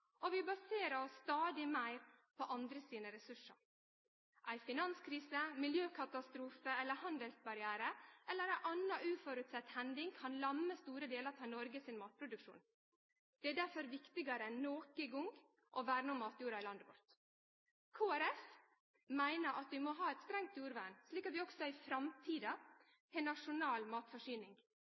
og vi baserer oss stadig meir på andre sine ressursar. Finanskrise, miljøkatastrofe, handelsbarriere eller anna uføreseieleg hending kan lamme store delar av Noregs matproduksjon. Det er derfor viktigare enn nokon gong å verne om matjorda i landet vårt. Kristeleg Folkeparti meiner at vi må ha eit strengt jordvern, slik at vi også i framtida har nasjonal matforsyning.